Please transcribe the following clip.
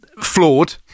flawed